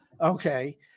okay